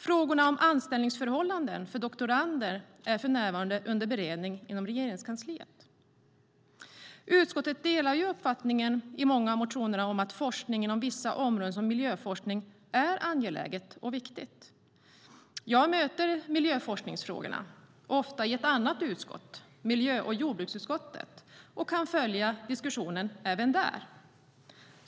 Frågorna om anställningsförhållanden för doktorander är för närvarande under beredning inom Regeringskansliet. Utskottet delar uppfattningen i många av motionerna att forskning inom vissa områden, som miljöforskning, är angeläget och viktigt. Jag möter miljöforskningsfrågorna ofta i ett annat utskott, miljö och jordbruksutskottet, och kan följa diskussionen även där.